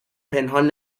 پنهان